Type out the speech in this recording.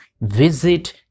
visit